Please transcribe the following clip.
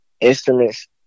instruments